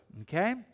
Okay